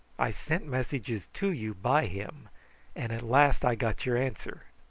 i sent messages to you by him and at last i got your answer.